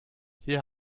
hier